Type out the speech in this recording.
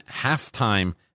halftime